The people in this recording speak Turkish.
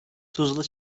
tuzla